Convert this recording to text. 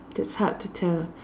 is hard to tell